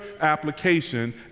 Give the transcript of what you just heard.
application